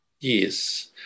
Yes